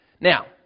Now